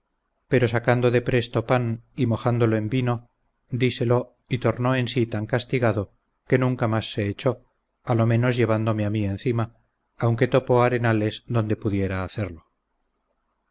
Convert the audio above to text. pero sacando de presto pan y mojándolo en vino díselo y tornó en sí tan castigado que nunca más se echó a lo menos llevándome a mí encima aunque topó arenales donde pudiera hacerlo